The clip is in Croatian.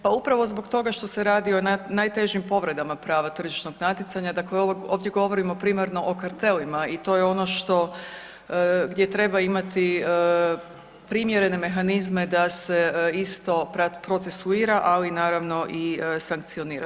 Pa upravo zbog toga što se radi o najtežim povredama prava tržišnog natjecanja, dakle ovdje govorimo primarno o kartelima i to je ono što, gdje treba imati primjerene mehanizme da se isto procesuira, ali naravno i sankcionira.